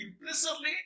Implicitly